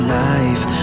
life